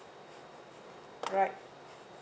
right